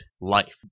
life